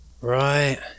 Right